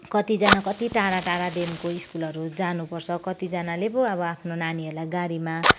कतिजना कति टाढा टाढादेखिनको स्कुलहरू जानुपर्छ कतिजनाले पो अब आफ्नो नानीहरूलाई गाडीमा